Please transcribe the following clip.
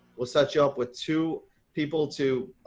we'll set you up with two people to